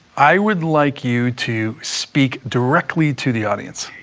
i would like you to speak directly to the audience.